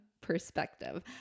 perspective